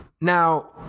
Now